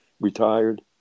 retired